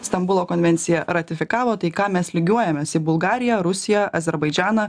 stambulo konvenciją ratifikavo tai į ką mes lygiuojamės į bulgariją rusiją azerbaidžaną